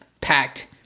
packed